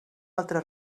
altre